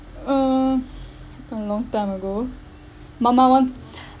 uh a long time ago mama want